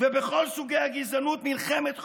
ובכל סוגי הגזענות מלחמת חורמה.